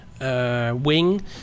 wing